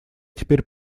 теперь